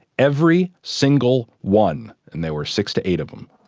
every single one, and there were six to eight of them,